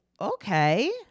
okay